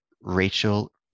Rachel